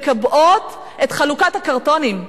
שמקבעות את חלוקת הקרטונים.